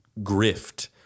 grift